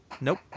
Nope